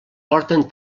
porten